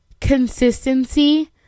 consistency